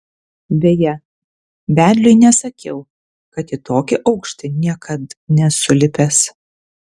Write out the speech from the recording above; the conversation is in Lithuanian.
beje vedliui nesakiau kad į tokį aukštį niekad nesu lipęs